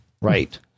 Right